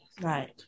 Right